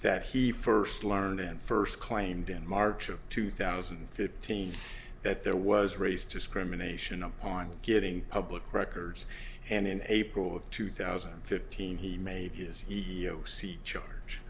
that he first learned first claimed in march of two thousand and fifteen that there was raised discrimination upon getting public records and in april of two thousand and fifteen he made his e o c charge